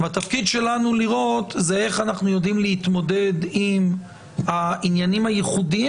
תפקידנו הוא לראות איך אנחנו יודעים להתמודד עם העניינים הייחודיים